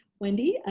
wendy,